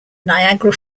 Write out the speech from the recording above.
niagara